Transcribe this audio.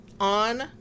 on